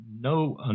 no